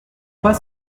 pas